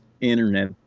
internet